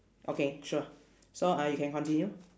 okay sure so uh you can continue